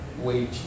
wage